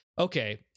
Okay